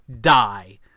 die